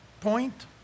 point